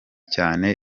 cyane